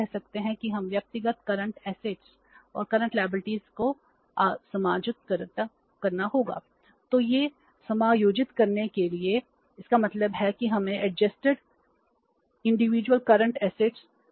तो यह समायोजित करने के लिए इसका मतलब है कि हमें एडजेस्टेड इंडिविजुअल करंट ऐसेट